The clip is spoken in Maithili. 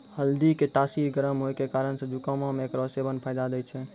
हल्दी के तासीर गरम होय के कारण से जुकामो मे एकरो सेबन फायदा दै छै